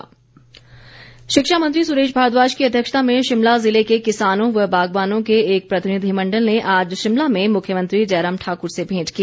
प्रतिनिधिमंडल शिक्षा मंत्री सुरेश भारद्वाज की अध्यक्षता में शिमला जिले के किसानों व बागवानों के एक प्रतिनिधिमंडल ने आज शिमला में मुख्यमंत्री जयराम ठाकुर से भेंट की